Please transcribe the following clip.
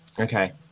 Okay